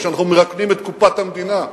ושאנחנו מרוקנים את קופת המדינה.